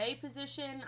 position